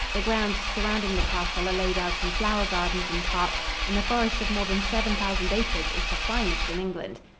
the grounds surrounding the castle are laid out in flower gardens and parks, and the forest of more than seven thousand acres is the finest in england.